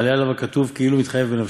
מעלין עליו הכתוב כאילו הוא מתחייב בנפשו,